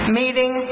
meeting